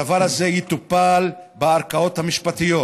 הדבר הזה יטופל בערכאות המשפטיות,